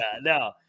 no